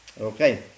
okay